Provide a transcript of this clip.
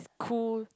cool